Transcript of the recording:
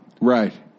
Right